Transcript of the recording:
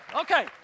Okay